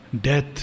death